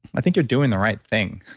i think you're doing the right thing,